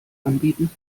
anbieten